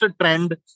trend